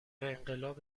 انقلاب